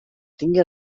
tinga